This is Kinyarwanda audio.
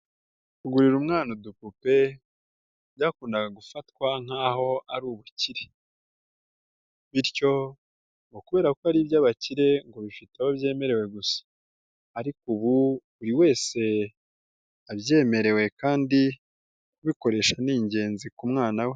Kurira umwana udupupe byakundaga gufatwa nk'aho ari ubukire bityo ngo kubera ko ari iby'abakire ngo bifite aho byemewe gusa ariko ubu buri wese abyemerewe kandi kubikoresha ni ingenzi ku mwana we.